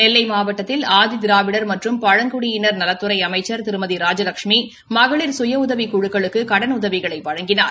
நெல்லை மாவட்டத்தில் ஆதி திராவிடர் மற்றும் பழங்குடியினர் நலத்துறை அமைச்சர் திருமதி ராஜலஷ்மி மகளிர் சுய உதவிக் குழுக்களுக்கு கடனுதவிகளை வழங்கினார்